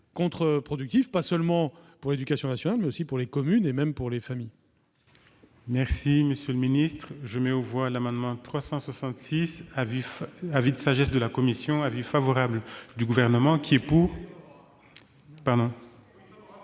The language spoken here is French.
contre-productif, non seulement pour l'éducation nationale, mais aussi pour les communes et même pour les familles.